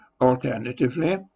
Alternatively